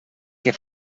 que